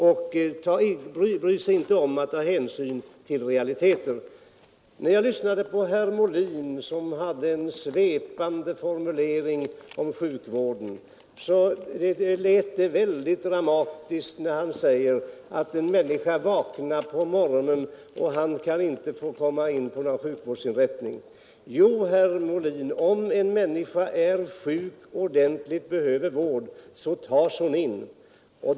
Man bryr sig inte om att ta hänsyn till realiteter! Jag lyssnade till herr Molin, som använde svepande formuleringar om sjukvården. Det lät mycket dramatiskt när han sade att en människa vaknar på morgonen och inte kan få komma in på någon sjukvårdsinrättning. Jo, herr Molin, om en människa är ordentligt sjuk och behöver vård tas hon in.